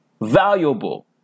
Valuable